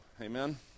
Amen